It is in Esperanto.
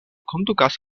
kondukas